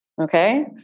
Okay